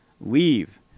Leave